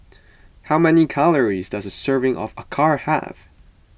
how many calories does a serving of Acar have